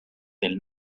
del